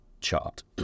chart